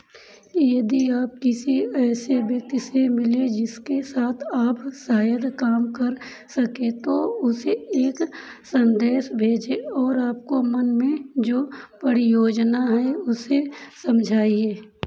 यदि आप किसी ऐसे व्यक्ति से मिलें जिसके साथ आप शायद काम कर सकें तो उसे एक संदेश भेजें और आपको मन में जो परियोजना हैं उसे समझाइएँ